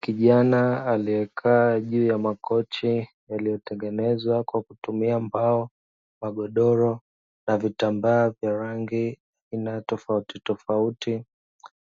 Kijana aliye kaa juu ya makochi yaliyotengenezwa kwa kutumia mbao magodoro na vitambaa vya rangi aina tofautitofauti